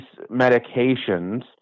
medications